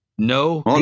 No